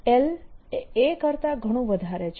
L એ a કરતાં ઘણું વધારે છે